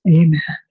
amen